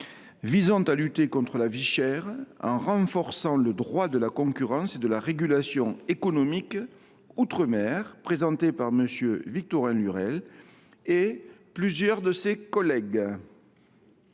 visant à lutter contre la vie chère en renforçant le droit de la concurrence et de la régulation économique outre mer, présentée par M. Victorin Lurel et plusieurs de ses collègues